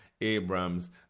Abram's